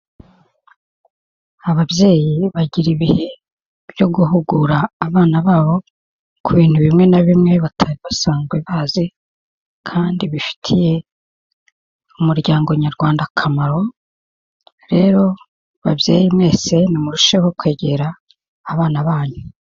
Ababyeyi bagira ibihe byo guhugura abana babo, ku bintu bimwe na bimwe batari basanzwe bazi, kandi bifitiye umuryango nyarwanda akamaro, rero babyeyi mwese nimurusheho kwegera abana banyu.